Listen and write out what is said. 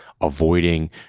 avoiding